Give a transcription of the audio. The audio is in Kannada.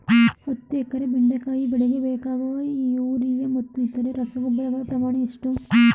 ಹತ್ತು ಎಕರೆ ಬೆಂಡೆಕಾಯಿ ಬೆಳೆಗೆ ಬೇಕಾಗುವ ಯೂರಿಯಾ ಮತ್ತು ಇತರೆ ರಸಗೊಬ್ಬರಗಳ ಪ್ರಮಾಣ ಎಷ್ಟು?